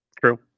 True